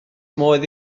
modd